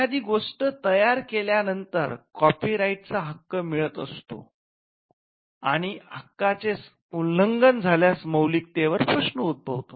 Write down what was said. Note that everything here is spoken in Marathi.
एखादी गोष्ट तयार केल्या नंतर कॉपी राईटचा हक्क मिळत असतो आणि हक्काचे उल्लंघन झाल्यास मौलिकतेवरील प्रश्न उत्तभवतो